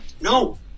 No